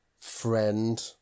Friend